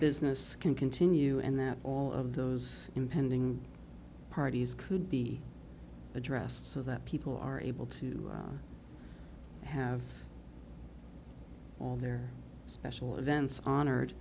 business can continue and that all of those impending parties could be addressed so that people are able to have all their special events honored